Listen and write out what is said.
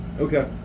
okay